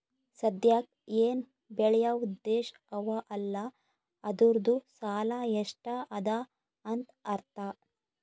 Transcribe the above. ಸದ್ಯಾಕ್ ಎನ್ ಬೇಳ್ಯವ್ ದೇಶ್ ಅವಾ ಅಲ್ಲ ಅದೂರ್ದು ಸಾಲಾ ಎಷ್ಟ ಅದಾ ಅಂತ್ ಅರ್ಥಾ